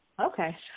Okay